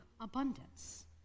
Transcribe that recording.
abundance